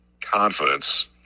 confidence